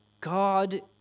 God